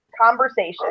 conversation